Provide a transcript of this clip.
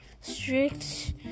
strict